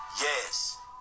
yes